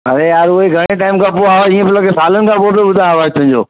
अरे यारु उअई घणे टाईम खां पोइ आवाज़ु हीअं पियो लॻे सालनि खां पोइ थो ॿुधां आवाज़ु तुंहिंजो